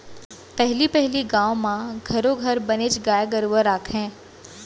पहली पहिली गाँव म घरो घर बनेच गाय गरूवा राखयँ